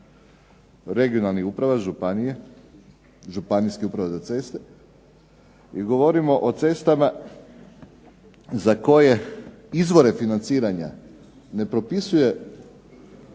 regionalnih uprava, županija, županijskih uprava za ceste i govorimo o cestama za koje izvore financiranja ne propisuje